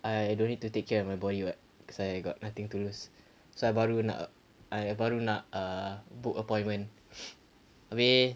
I I I don't need to take care of my body [what] cause I got nothing to lose so I baru nak eh I baru nak err book appointment habis